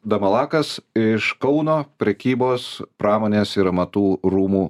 damalakas iš kauno prekybos pramonės ir amatų rūmų